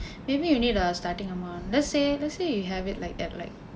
maybe you need a starting amount let's say let's say you have it like at like